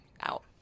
out